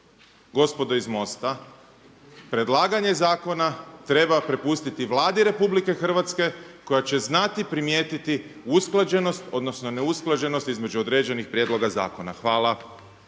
gospodo iz MOST-a, predlaganje zakona treba prepustiti Vladi RH koja će znati primijetiti usklađenost odnosno neusklađenost između određenih prijedloga zakona. Hvala.